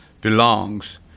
belongs